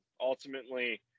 ultimately